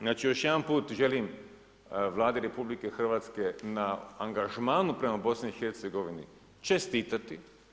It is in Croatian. Znači još jedanput želim Vladi RH na angažmanu prema BiH čestitati.